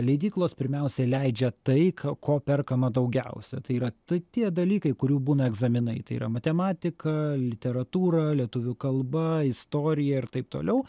leidyklos pirmiausia leidžia tai ko perkama daugiausiai tai yra ta tie dalykai kurių būna egzaminai tai yra matematika literatūra lietuvių kalba istorija ir taip toliau